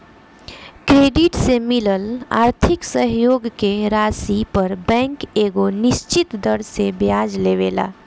credit से मिलल आर्थिक सहयोग के राशि पर बैंक एगो निश्चित दर से ब्याज लेवेला